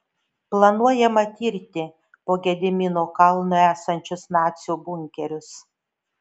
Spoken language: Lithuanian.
planuojama tirti po gedimino kalnu esančius nacių bunkerius